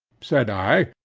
said i,